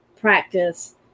practice